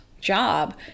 job